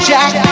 Jack